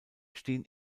stehen